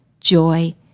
joy